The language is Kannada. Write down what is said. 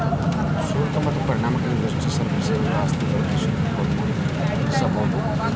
ಶುಲ್ಕ ಮತ್ತ ಪರಿಣಾಮಕಾರಿ ನಿರ್ದಿಷ್ಟ ಸರಕು ಸೇವೆಗಳ ಆಸ್ತಿ ಬಳಕೆ ಶುಲ್ಕ ಟೋಲ್ ಮೌಲ್ಯಮಾಪನಗಳನ್ನ ವಿಧಿಸಬೊದ